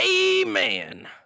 Amen